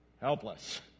helpless